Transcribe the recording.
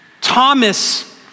Thomas